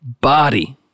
body